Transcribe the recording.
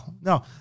no